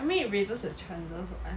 I mean it raises the chances [what]